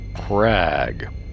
Crag